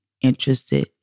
interested